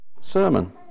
sermon